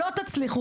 לא תצליחו.